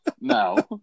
no